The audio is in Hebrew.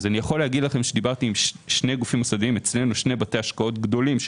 דיברתי עם שני בתי השקעות גדולים,